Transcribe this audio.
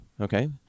okay